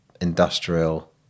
industrial